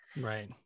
Right